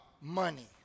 money